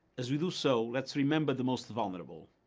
as we do so, let's remember the most vulnerable.